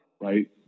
Right